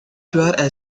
pure